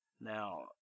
Now